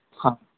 हा